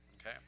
Okay